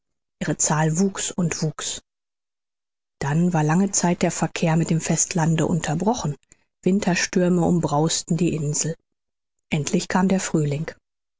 ihre zahl wuchs und wuchs dann war lange zeit der verkehr mit dem festlande unterbrochen winterstürme umbrausten die insel endlich kam der frühling